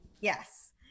Yes